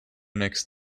next